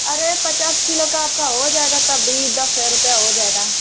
अरे पचास किलो का आपका हो जाएगा तब भी दस हज़ार रुपया हो जाएगा